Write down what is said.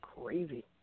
crazy